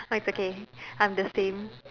oh it's okay I'm the same